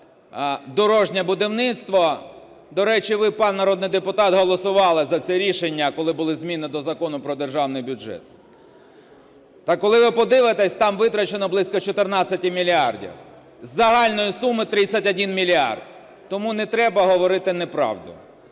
дорожнє будівництво - до речі, ви пан народний депутат, голосували за це рішення, коли були зміни до Закону про державний бюджет, - то коли ви подивитесь, там витрачено близько 14 мільярдів із загальної суми 31 мільярд. Тому не треба говорити неправду.